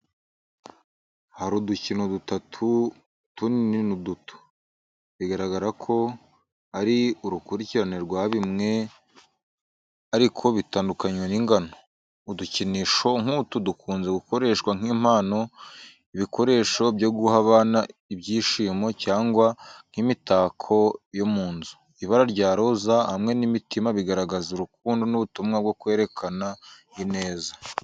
Hari udukino dutatu tunini n’uduto, bigaragara ko ari urukurikirane rwa bimwe ariko bitandukanywa n’ingano. Udukinisho nk’utu dukunze gukoreshwa nk’impano, ibikoresho byo guha abana ibyishimo, cyangwa nk’imitako yo mu nzu. Ibara rya roza hamwe n’imitima bigaragaza urukundo n’ubutumwa bwo kwerekana ineza.